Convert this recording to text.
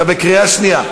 אתה בקריאה שנייה.